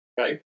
Okay